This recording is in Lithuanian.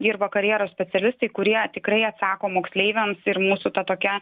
dirba karjeros specialistai kurie tikrai atsako moksleiviams ir mūsų ta tokia